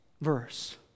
verse